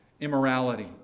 immorality